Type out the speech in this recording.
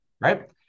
right